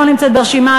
לא נמצאת ברשימה,